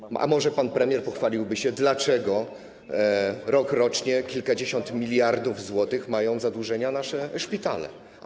A może pan premier pochwaliłby się, dlaczego rokrocznie kilkadziesiąt miliardów złotych wynosi zadłużenie naszych szpitali?